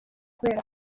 kubera